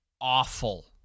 awful